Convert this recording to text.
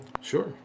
Sure